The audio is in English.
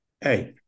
hey